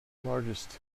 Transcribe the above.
largest